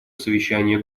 совещания